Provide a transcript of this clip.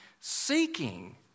seeking